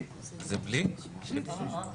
אני רואה אתכם יושבים כאן ומנהלים,